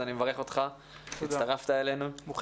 אז אני מברך אותך שהצטרפת אלינו.